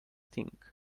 think